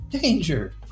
Danger